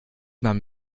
man